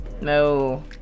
No